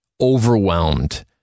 overwhelmed